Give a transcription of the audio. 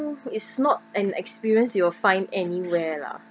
is not an experience you will find anywhere lah